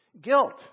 Guilt